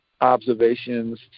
observations